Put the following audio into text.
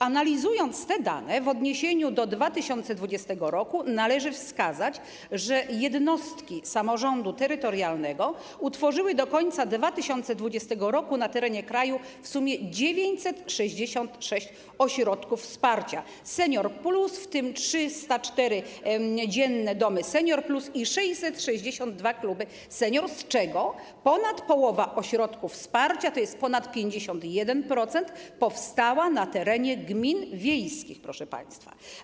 Analizując te dane w odniesieniu do 2020 r., należy wskazać, że jednostki samorządu terytorialnego utworzyły do końca 2020 r. na terenie kraju w sumie 966 ośrodków wsparcia Senior+, w tym 304 dzienne domy Senior + i 662 kluby seniora, z czego ponad połowa ośrodków wsparcia, tj. ponad 51%, powstała na terenie gmin wiejskich, proszę państwa.